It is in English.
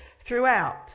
throughout